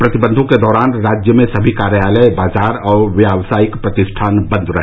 प्रतिबंधों के दौरान राज्य में सभी कार्यालय बाजार और व्यावसायिक प्रतिष्ठान बंद रहे